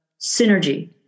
synergy